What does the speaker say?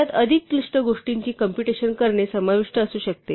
यात अधिक क्लिष्ट गोष्टींची कॉम्पुटेशन करणे समाविष्ट असू शकते